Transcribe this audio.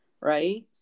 Right